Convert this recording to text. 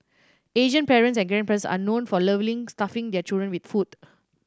Asian parents and grandparents are known for lovingly stuffing their children with food